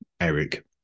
Eric